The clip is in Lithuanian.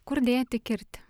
kur dėti kirtį